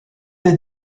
des